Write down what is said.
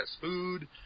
food